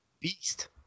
beast